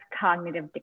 cognitive